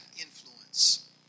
influence